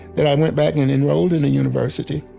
then i went back and enrolled in a university,